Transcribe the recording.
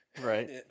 Right